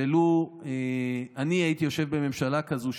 שלו אני הייתי יושב בממשלה כזאת,